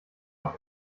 auch